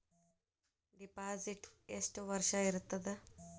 Deposit ಎಷ್ಟು ವರ್ಷ ಇರುತ್ತದೆ?